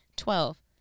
Twelve